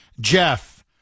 Jeff